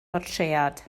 bortread